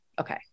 Okay